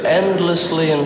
endlessly